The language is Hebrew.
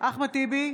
אחמד טיבי,